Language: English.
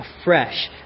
afresh